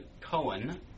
Cohen